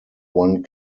one